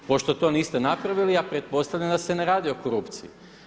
Pošto to niste napravili ja pretpostavljam da se ne radi o korupciji.